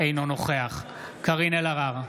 אינו נוכח קארין אלהרר,